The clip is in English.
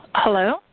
Hello